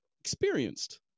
experienced